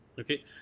okay